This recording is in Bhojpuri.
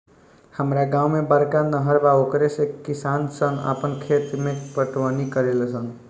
हामरा गांव में बड़का नहर बा ओकरे से किसान सन आपन खेत के पटवनी करेले सन